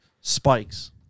Spikes